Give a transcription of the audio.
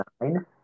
nine